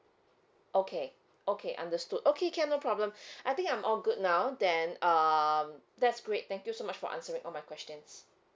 okay okay understood okay can no problem I think I'm all good now then um that's great thank you so much for answer my questions